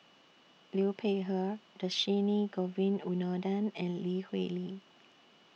Liu Peihe Dhershini Govin Winodan and Lee Hui Li